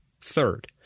Third